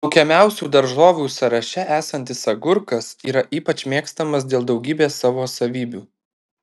laukiamiausių daržovių sąraše esantis agurkas yra ypač mėgstamas dėl daugybės savo savybių